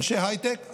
אנשי הייטק.